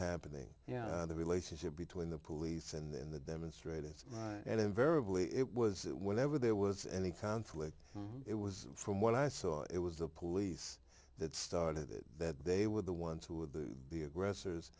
happening yeah the relationship between the police and the demonstrators and invariably it was whenever there was any conflict it was from what i saw it was the police that started it that they were the ones who were the the aggressors